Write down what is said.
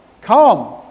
come